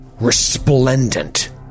resplendent